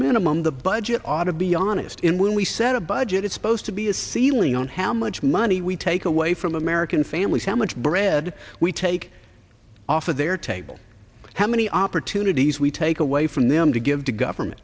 minimum the budget ought to be honest in when we set a budget it's supposed to be a ceiling on how much money we take away from american families how much bread we take off of their table how many opportunities we take away from the to give the government